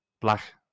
Black